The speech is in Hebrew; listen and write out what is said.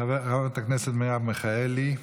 חברת הכנסת מרב מיכאלי,